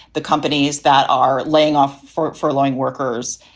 the companies that are laying off for furloughing workers,